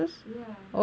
ya